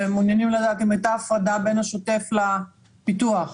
הפרדה בין השוטף לפיתוח.